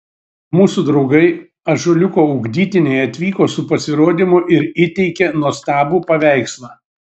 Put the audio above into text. mūsų draugai ąžuoliuko ugdytiniai atvyko su pasirodymu ir įteikė nuostabų paveikslą